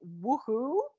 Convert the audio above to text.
woohoo